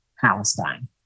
Palestine